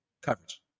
coverage